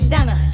Donna